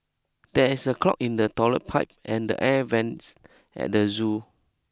there is a clog in the toilet pipe and the air vents at the zoo